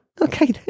okay